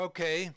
Okay